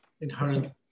inherent